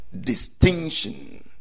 distinction